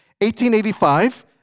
1885